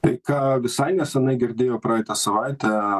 tai ką visai neseniai girdėjau praeitą savaitę